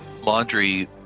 laundry